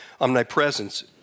omnipresence